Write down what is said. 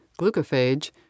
glucophage